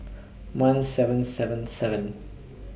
one seven seven seven